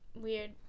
weird